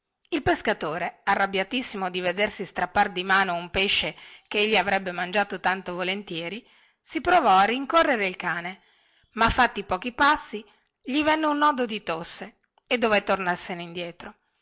il pescatore arrabbiatissimo di vedersi strappar di mano un pesce che egli avrebbe mangiato tanto volentieri si provò a rincorrere il cane ma fatti pochi passi gli venne un nodo di tosse e dové tornarsene indietro